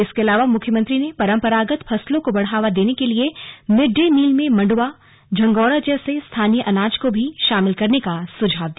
इसके अलावा मुख्यमंत्री ने परम्परागत फसलों को बढ़ावा देने के लिए मिड डे मील में मंडुवा झंगौरा जैसे स्थानीय अनाज को भी शामिल करने का सुझाव दिया